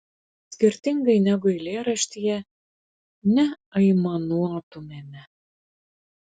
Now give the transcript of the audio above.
skirtingai negu eilėraštyje neaimanuotumėme